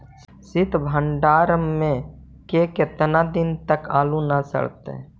सित भंडार में के केतना दिन तक आलू न सड़तै?